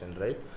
right